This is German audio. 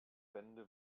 bände